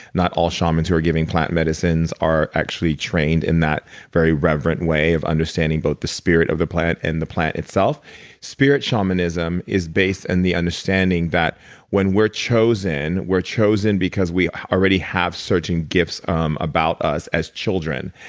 not all shamans who are giving plant medicines are actually trained in that very reverent way of understanding both the spirit of the plant and the plant itself spirit shamanism is based on and the understanding that when we're chosen, we're chosen because already have certain gifts um about us as children.